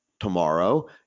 Tomorrow